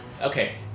Okay